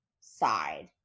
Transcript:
side